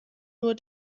nur